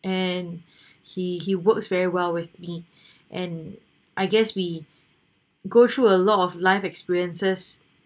and he he works very well with me and I guess we go through a lot of life experiences